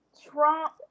Trump